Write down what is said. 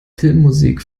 filmmusik